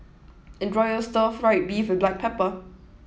enjoy your Stir Fried Beef With Black Pepper